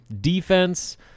defense